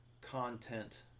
content